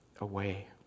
away